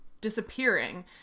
disappearing